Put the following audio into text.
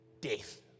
death